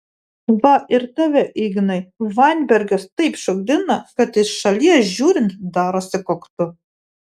va ir tave ignai vainbergas taip šokdina kad iš šalies žiūrint darosi koktu